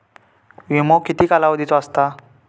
विमो किती कालावधीचो असता?